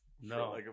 No